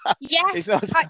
Yes